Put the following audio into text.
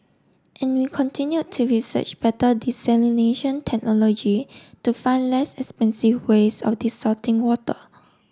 and we continued to research better desalination technology to find less expensive ways of desalting water